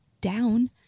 down